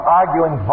arguing